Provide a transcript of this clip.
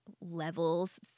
levels